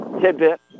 tidbit